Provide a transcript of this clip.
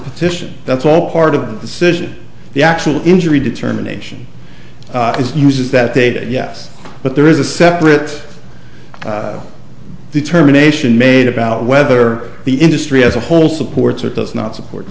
petition that's all part of the citizen the actual injury determination is uses that data yes but there is a separate determination made about whether the industry as a whole supports or does not support